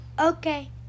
Okay